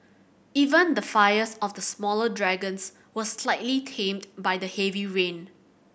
even the fires of the smaller dragons were slightly tamed by the heavy rain